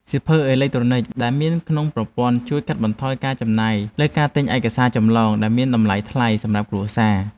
សៀវភៅអេឡិចត្រូនិចដែលមានក្នុងប្រព័ន្ធជួយកាត់បន្ថយការចំណាយលើការទិញឯកសារចម្លងដែលមានតម្លៃថ្លៃសម្រាប់គ្រួសារ។